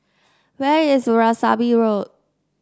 where is Veerasamy Road